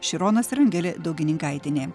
šironas ir angelė daugininkaitienė